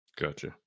Gotcha